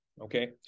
okay